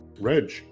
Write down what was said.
Reg